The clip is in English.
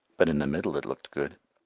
but in the middle it looked good.